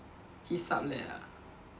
he sublet ah